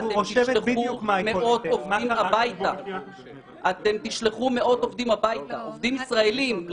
אתם תשלחו מאות עובדים הביתה, עובדים ישראלים.